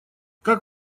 как